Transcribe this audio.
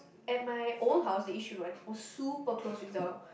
at my old house the Yishun one were super close with the